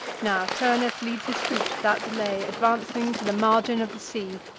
now turnus leads his troops without delay, advancing to the margin of the sea.